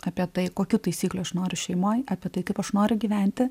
apie tai kokių taisyklių aš noriu šeimoj apie tai kaip aš noriu gyventi